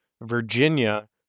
Virginia